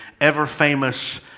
ever-famous